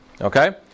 okay